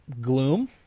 Gloom